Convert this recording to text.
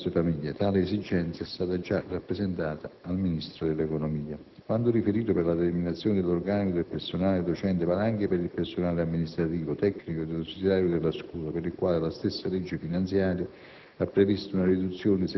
richiesta dalle nostre famiglie. Tale esigenza è stata già rappresentata al Ministro dell'economia. Quanto riferito per la determinazione dell'organico del personale docente vale anche per il personale amministrativo, tecnico ed ausiliario della scuola, per il quale la stessa legge finanziaria